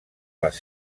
les